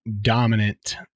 dominant